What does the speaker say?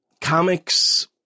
comics